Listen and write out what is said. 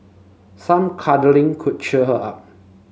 some cuddling could cheer her up